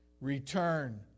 Return